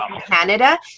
Canada